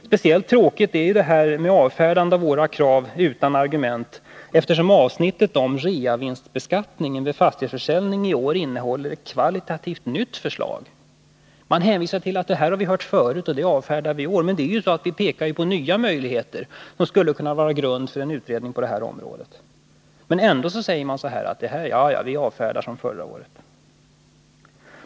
Speciellt tråkigt är detta avfärdande av våra krav utan argument eftersom avsnittet om reavinstbeskattningen vid fastighetsförsäljning i år innehåller ett kvalitativt nytt förslag. Utskottet hänvisar till att det här har man hört förut, och det avfärdar man i år också — men vi pekar ju på nya möjligheter, som skulle kunna utgöra grund för en utredning på detta område. Ändå säger utskottet: Ja ja, vi avfärdar det, som förra året.